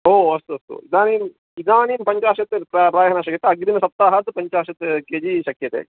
ओ अस्तु अस्तु इदानीम् इदानीं पञ्चाशत् प्रायः प्रायः न शक्यते अग्रिमसप्ताहात् पञ्चाशत् के जि शक्यते